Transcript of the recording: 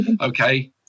Okay